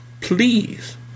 please